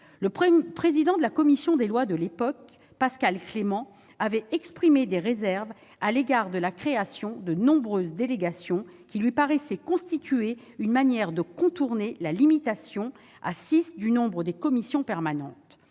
Le président de la commission des lois de l'époque, Pascal Clément, avait exprimé des réserves à l'égard de la création de nombreuses délégations, qui lui paraissait constituer une manière de contourner la limitation à six du nombre des commissions permanentes.